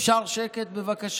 אפשר שקט, בבקשה?